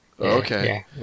Okay